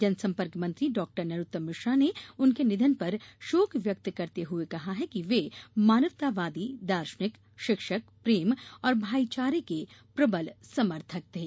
जनसंपर्क मंत्री डॉक्टर नरोत्तम मिश्र ने उनके निधन पर शोक व्यक्त करते हुए कहा है कि ये मानवतावादी दार्शनिक शिक्षक प्रेम और भाईचारे के प्रबल समर्थक थे